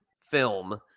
film